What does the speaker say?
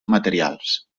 materials